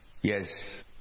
yes